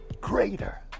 greater